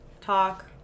talk